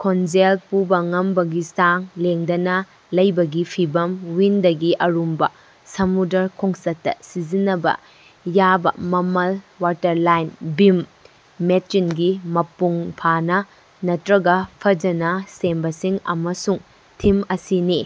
ꯈꯣꯟꯖꯦꯜ ꯄꯨꯕ ꯉꯝꯕꯒꯤ ꯆꯥꯡ ꯂꯦꯡꯗꯅ ꯂꯩꯕꯒꯤ ꯐꯤꯕꯝ ꯋꯤꯟꯗꯒꯤ ꯑꯔꯨꯝꯕ ꯁꯃꯨꯗ꯭ꯔ ꯈꯣꯡꯆꯠꯇ ꯁꯤꯖꯤꯟꯅꯕ ꯌꯥꯕ ꯃꯃꯜ ꯋꯥꯇꯔꯂꯥꯏꯟ ꯕꯤꯝ ꯃꯦꯆꯤꯟꯒꯤ ꯃꯄꯨꯡ ꯐꯥꯅ ꯅꯠꯇ꯭ꯔꯒ ꯐꯖꯅ ꯁꯦꯝꯕꯁꯤꯡ ꯑꯃꯁꯨꯡ ꯊꯤꯝ ꯑꯁꯤꯅꯤ